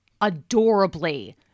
adorably